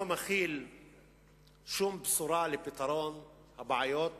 שום בשורה לפתרון הבעיות